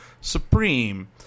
supreme